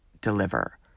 deliver